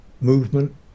movement